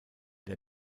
der